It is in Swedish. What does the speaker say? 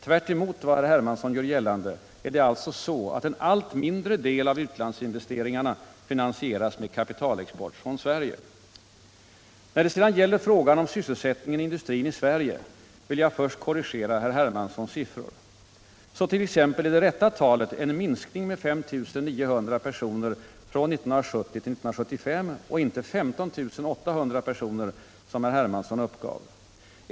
Tvärtemot vad herr Hermansson gör gällande är det alltså en allt mindre del av utlandsinvesteringarna som finansieras med kapitalexport från Sverige. När det sedan gäller sysselsättningen i industrin i Sverige vill jag först korrigera herr Hermanssons siffror. Så till exempel är det rätta talet en minskning med 5 900 personer från 1970 till 1975 och inte 15 800 personer som herr Hermansson uppgav.